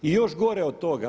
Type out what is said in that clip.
I još gore od toga.